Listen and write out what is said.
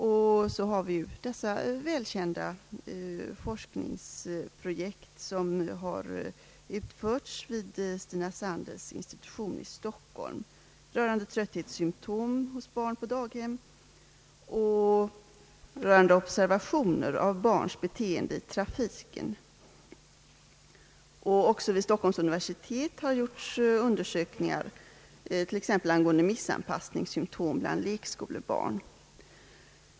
Vidare har vi de välkända forskningsprojekten vid Stina Sandels” institution i Stockholm rörande trötthetssymtom hos barn på daghem och rörande barns beteende i trafiken. Också vid Stockholms universitet har gjorts undersökningar t.ex. angående missanpassningssymptom hos lekskolebarn.